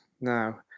now